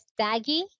daggy